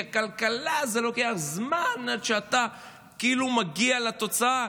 כי בכלכלה לוקח זמן עד שאתה מגיע לתוצאה.